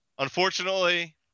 Unfortunately